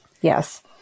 Yes